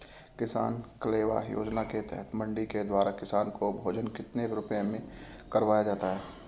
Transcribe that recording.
किसान कलेवा योजना के तहत मंडी के द्वारा किसान को भोजन कितने रुपए में करवाया जाता है?